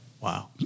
Wow